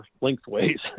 lengthways